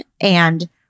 and-